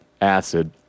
acid